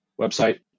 website